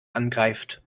angreift